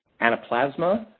anaplasma,